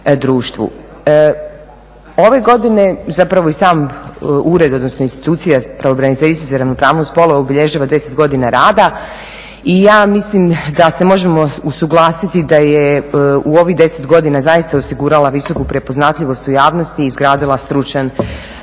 Ove godine, zapravo i sam ured, odnosno institucija pravobraniteljice za ravnopravnost spolova obilježava 10 godina rada. I ja mislim da se možemo usuglasiti da je u ovih 10 godina zaista osigurala visoku prepoznatljivost u javnosti i izgradila stručan